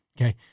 okay